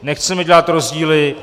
Nechceme dělat rozdíly.